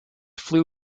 flew